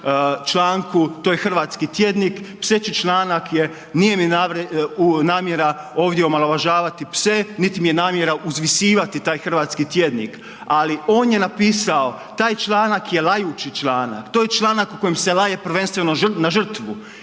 članku, to je Hrvatski tjednik, pseći članak je, nije mi namjera ovdje omalovažavati pse, niti mi je namjera uzvisivati taj hrvatski tjednik ali on je napisao, taj članak je lajući članak. To je članak u kojem se laje prvenstveno na žrtvu.